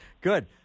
good